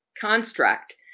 construct